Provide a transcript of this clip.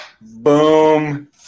boom